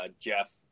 Jeff